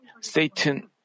Satan